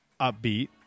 upbeat